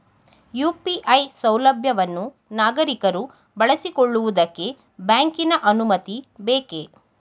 UPI ಸೌಲಭ್ಯವನ್ನು ನಾಗರಿಕರು ಬಳಸಿಕೊಳ್ಳುವುದಕ್ಕೆ ಬ್ಯಾಂಕಿನ ಅನುಮತಿ ಬೇಕೇ?